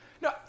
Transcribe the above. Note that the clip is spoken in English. No